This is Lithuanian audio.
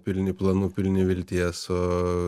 pilni planų pilni vilties o